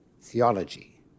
theology